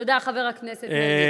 תודה, חבר הכנסת מרגי.